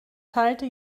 teilte